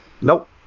Nope